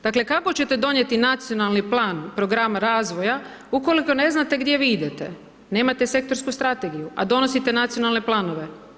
Dakle, kako ćete donijeti nacionalni plan programa razvoja ukoliko ne znate gdje vi idete, nemate sektorsku strategiju a donosite nacionalne planove.